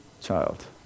child